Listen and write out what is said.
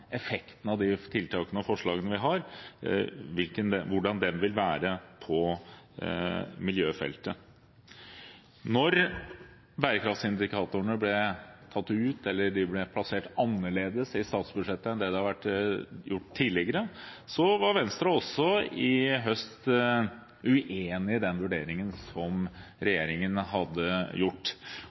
effekten av de tiltakene og forslagene vi har, vil være på miljøfeltet. Da bærekraftsindikatorene ble plassert annerledes i statsbudsjettet enn tidligere, var Venstre også i høst uenig i den vurderingen som